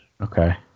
Okay